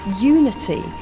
unity